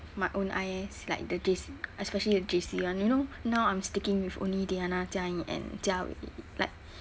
my own I_S like the J_C especially the J_C one you know now I'm sticking with only diana jia ying and jia wei like